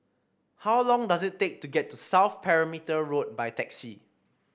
how long does it take to get to South Perimeter Road by taxi